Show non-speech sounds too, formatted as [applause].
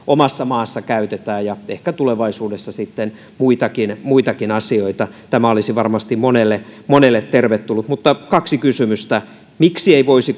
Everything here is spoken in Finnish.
[unintelligible] omassa maassa käytetään ja ehkä tulevaisuudessa sitten muitakin muitakin asioita tämä olisi varmasti monelle monelle tervetullut siis kaksi kysymystä miksi ei voisi [unintelligible]